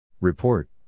Report